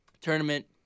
tournament